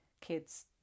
kids